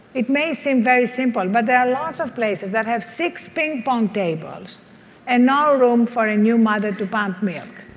it may seem very simple, but there are lots of places that have six ping pong tables and no room for a new mother to pump milk.